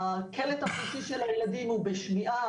הקלט החושי של הילדים הוא בשמיעה,